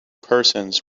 persons